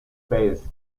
vez